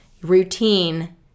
routine